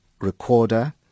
recorder